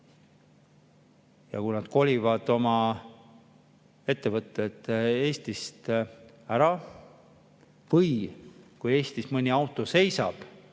kui nad kolivad oma ettevõtted Eestist ära või kui Eestis mõni auto seisab